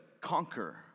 conquer